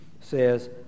says